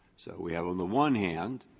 so we have, on the one hand,